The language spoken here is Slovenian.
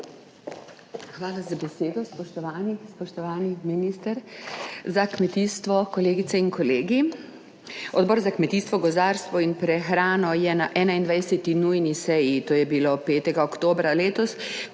Hvala za besedo, spoštovani. Spoštovani minister za kmetijstvo, kolegice in kolegi! Odbor za kmetijstvo, gozdarstvo in prehrano je na 21. nujni seji, to je bilo 5. oktobra letos,